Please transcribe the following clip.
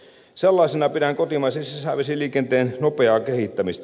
sellaisena pidän kotimaisen sisävesiliikenteen nopeaa kehittämistä